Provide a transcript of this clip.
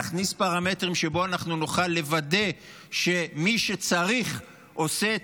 נכניס פרמטרים שבהם אנחנו נוכל לוודא שמי שצריך עושה את